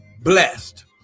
blessed